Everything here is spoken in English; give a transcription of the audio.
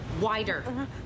Wider